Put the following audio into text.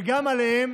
וגם עליהן